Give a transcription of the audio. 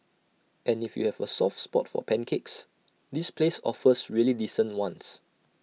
and if you have A soft spot for pancakes this place offers really decent ones